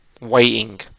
waiting